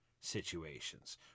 situations